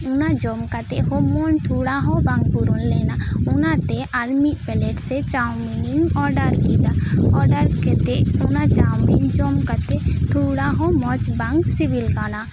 ᱚᱱᱟ ᱡᱚᱢ ᱠᱟᱛᱮᱫ ᱦᱚᱸ ᱢᱚᱱ ᱛᱷᱚᱲᱟ ᱦᱚᱸ ᱵᱟᱝ ᱯᱩᱨᱩᱱ ᱞᱮᱱᱟ ᱚᱱᱟ ᱛᱮ ᱟᱨ ᱢᱤᱫ ᱯᱞᱮᱴ ᱥᱮ ᱪᱟᱣᱢᱤᱱᱤᱧ ᱚᱰᱟᱨ ᱠᱮᱫᱟ ᱚᱰᱟᱨ ᱠᱟᱛᱮ ᱚᱱᱟ ᱪᱟᱣᱢᱤᱱ ᱡᱚᱢ ᱠᱟᱛᱮ ᱛᱷᱚᱲᱟ ᱦᱚᱸ ᱢᱚᱸᱡᱽ ᱵᱟᱝ ᱥᱤᱵᱤᱞ ᱠᱟᱱᱟ